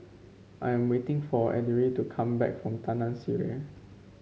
I'm waiting for Edrie to come back from Taman Sireh